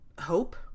hope